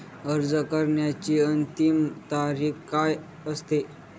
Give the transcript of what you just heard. अर्ज करण्याची अंतिम तारीख काय असते?